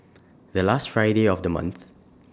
The last Friday of The month